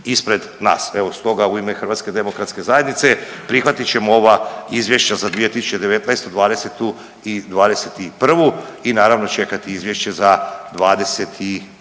Evo stoga u ime HDZ-a prihvatit ćemo ova izvješća za 2019., '20. i '21. i naravno čekati izvješće za '22.